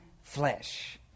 flesh